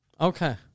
Okay